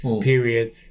period